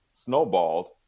snowballed